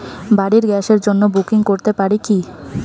বাড়ির গ্যাসের জন্য বুকিং করতে পারি কি?